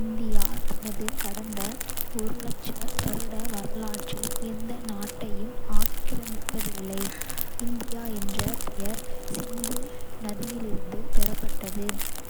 இந்தியா தனது கடந்த வருட வரலாற்றில் எந்த நாட்டையும் ஆக்கிரமித்ததில்லை. இந்தியா என்ற பெயர் சிந்து நதியிலிருந்து பெறப்பட்டது,